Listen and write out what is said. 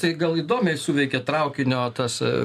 tai gal įdomiai suveikė traukinio tas